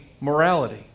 morality